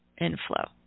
inflow